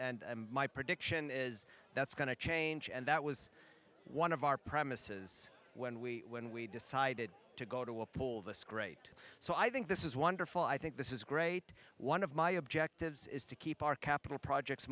my prediction is that's going to change and that was one of our premises when we when we decided to go to a poll this great so i think this is wonderful i think this is great one of my objectives is to keep our capital projects